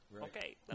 Okay